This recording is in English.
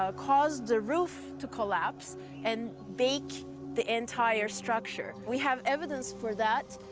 ah caused the roof to collapse and bake the entire structure. we have evidence for that.